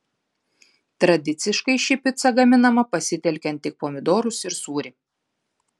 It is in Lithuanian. tradiciškai ši pica gaminama pasitelkiant tik pomidorus ir sūrį